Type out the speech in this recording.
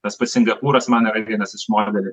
tas pats singapūras man yra vienas iš modelių